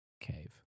Cave